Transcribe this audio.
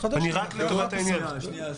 העניין.